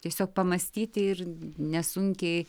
tiesiog pamąstyti ir nesunkiai